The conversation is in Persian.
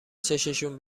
چششون